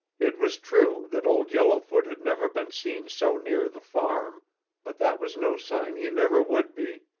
it was true that old yellowfoot had never been seen so near the farm but that was no sign he never would be.